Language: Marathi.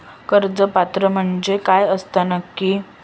कर्ज पात्र म्हणजे काय असता नक्की?